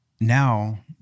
now